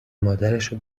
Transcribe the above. مادرشو